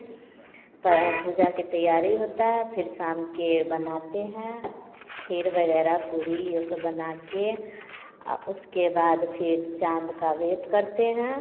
पूजा की तैयारी होता है फिर शाम को बनाते हैं खीर वगैरह पूड़ी यह सब बना कर उसके बाद फिर चाँद का वेट करते हैं